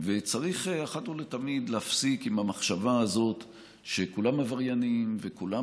וצריך אחת ולתמיד להפסיק עם המחשבה הזאת שכולם עבריינים וכולם